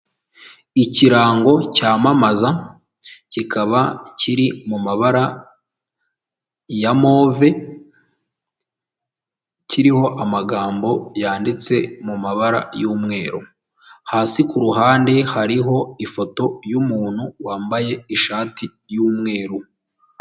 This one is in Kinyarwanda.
Ikirango cyamamaza kikaba kiri mu mabara ya move, kiriho amagambo yanditse mu mabara y'umweru, hasi ku ruhande hariho ifoto y'umuntu wambaye ishati y'umweru.